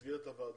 בסדר גמור.